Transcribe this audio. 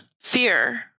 fear